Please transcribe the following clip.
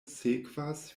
sekvas